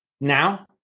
Now